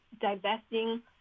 divesting